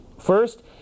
First